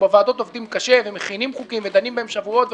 ובוועדות עובדים קשה ומכינים חוקים ודנים בהם שבועות וחודשים.